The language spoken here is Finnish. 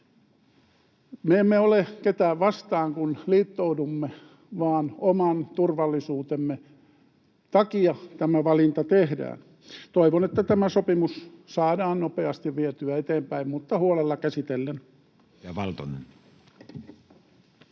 Me emme ole ketään vastaan, kun liittoudumme, vaan oman turvallisuutemme takia tämä valinta tehdään. Toivon, että tämä sopimus saadaan nopeasti vietyä eteenpäin, mutta huolella käsitellen.